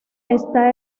está